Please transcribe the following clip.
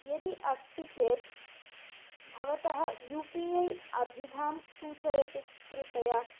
यदि अस्ति चेत् भवतः यू पी आई अभिधां सूचयतु कृपया